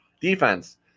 Defense